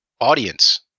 audience